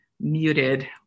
muted